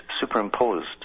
superimposed